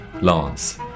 Lance